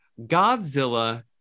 godzilla